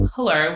Hello